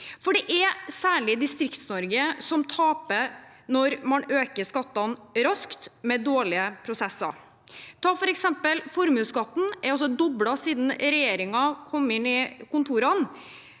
for det er særlig Distrikts-Norge som taper når man øker skattene raskt, med dårlige prosesser. Ta f.eks. formuesskatten. Den er doblet siden regjeringen kom inn i kontorene.